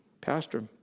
pastor